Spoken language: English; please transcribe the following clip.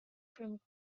from